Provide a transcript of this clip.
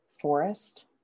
forest